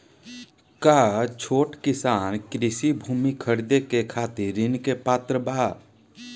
का छोट किसान कृषि भूमि खरीदे के खातिर ऋण के पात्र बा?